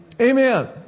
Amen